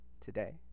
today